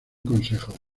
consejo